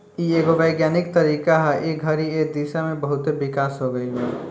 इ एगो वैज्ञानिक तरीका ह ए घड़ी ए दिशा में बहुते विकास हो गईल बा